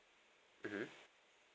mmhmm